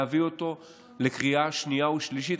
להביא אותו לקריאה שנייה ושלישית.